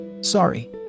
Sorry